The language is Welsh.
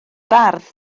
fardd